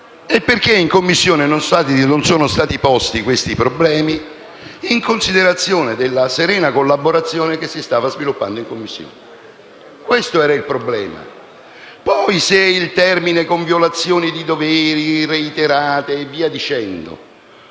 e perché in Commissione non sono stati posti questi problemi, in considerazione della serena collaborazione che si stava sviluppando? Questo è il problema. Poi, se i termini «con violazione di doveri», «reiterate» e via dicendo